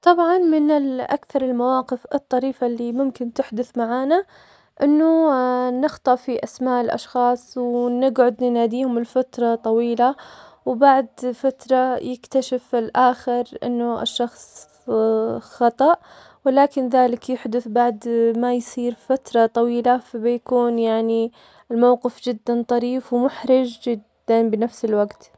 طبعاً من ال- أكثر المواقف الطريفة اللي ممكن تحدث معانا, إنه نخطئ في أسماء الأشخاص, و نقعد نناديهم لفترة طويلة, وبعد فترة يكتشف الآخر إنه الشخص خطأ, ولكن ذلك يحدث بعد ما يصير فترة طويلة, فبيكون يعني الموقف جداً طريف, ومحرج جداً بنفس الوقت.